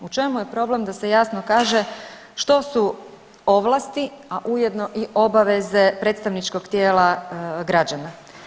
U čemu je problem da se jasno kaže što su ovlasti, a ujedno i obaveze predstavničkog tijela građana.